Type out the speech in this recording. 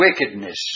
wickedness